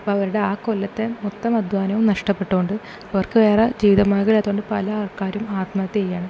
അപ്പോൾ അവരുടെ ആ കൊല്ലത്തെ മൊത്തം അദ്ധ്വാനവും നഷ്ടപ്പെട്ടത് കൊണ്ട് അവർക്ക് വേറെ ജീവിത മാർഗം ഇല്ലാത്തത് കൊണ്ട് പല ആൾക്കാരും ആത്മഹത്യ ചെയ്യുകയാണ്